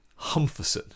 humpherson